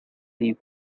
the